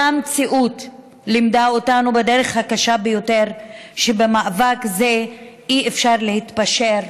אותה מציאות לימדה אותנו בדרך הקשה ביותר שבמאבק הזה אי-אפשר להתפשר,